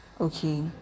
Okay